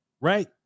right